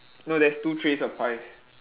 no there's two trays of pies